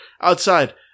outside